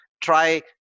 try